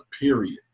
period